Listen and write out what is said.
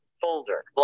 folder